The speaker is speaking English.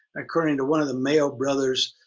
according to one of the mayo brothers